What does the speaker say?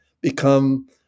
become